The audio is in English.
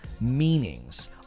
meanings